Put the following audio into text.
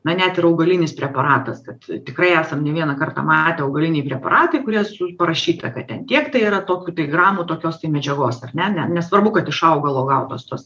na net ir augalinis preparatas kad tikrai esam ne vieną kartą matę augaliniai preparatai kurie su parašyta kad ten tiek tai yra tokių tai gramų tokios tai medžiagos ar ne ne nesvarbu kad iš augalo gautos tos